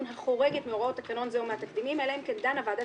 החורגת מהוראות תקנון זה ומהתקדימים אלא אם כן דנה ועדת